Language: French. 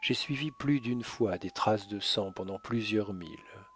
j'ai suivi plus d'une fois des traces de sang pendant plusieurs milles